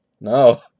No